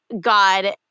God